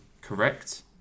Correct